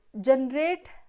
generate